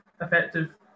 effective